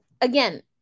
Again